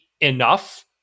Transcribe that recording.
enough